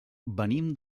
venim